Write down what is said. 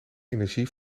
energie